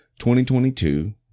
2022